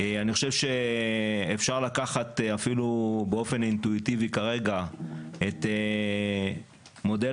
אני חושב שאפשר לקחת אפילו באופן אינטואיטיבי כרגע את נוסחת מודל